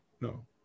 No